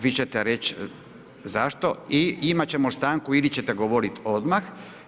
Vi ćete reći zašto i imati ćemo stanku ili ćete govoriti odmah.